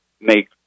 make